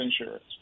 insurance